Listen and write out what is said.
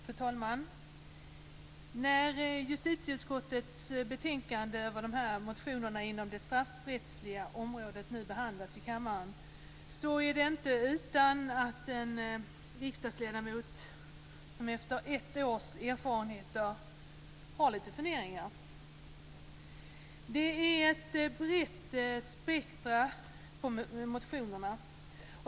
Fru talman! När justitieutskottets betänkande över motionerna inom det straffrättsliga området nu behandlas i kammaren är det inte utan att en riksdagsledamot med ett års erfarenheter har lite funderingar. Det är ett brett spektrum på motionerna.